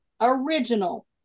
Original